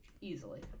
easily